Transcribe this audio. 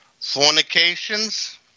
fornications